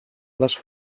les